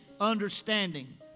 understanding